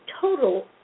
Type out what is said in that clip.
total